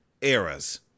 eras